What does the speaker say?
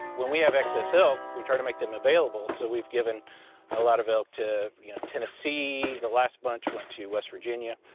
when we have excess elk, we try to make them available, so we've given a lot of elk to you know tennessee, the last bunch went to west virginia